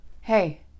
hey